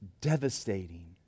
devastating